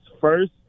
first